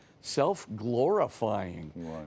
self-glorifying